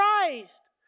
Christ